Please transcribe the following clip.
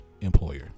employer